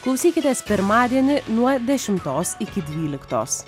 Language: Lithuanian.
klausykitės pirmadienį nuo dešimtos iki dvyliktos